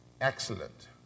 excellent